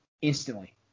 Instantly